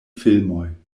filmoj